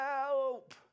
help